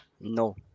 no